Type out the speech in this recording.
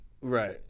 Right